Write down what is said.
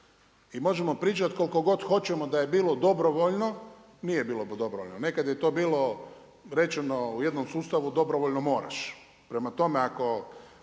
i možemo pričati koliko god hoćemo da je bilo dobrovoljno, nije bilo dobrovoljno. Nekad je to bilo rečeno, u jednom sustavu dobrovoljno moraš, prema tome ako